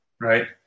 right